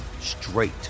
straight